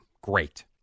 Great